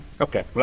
Okay